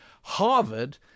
Harvard